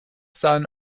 son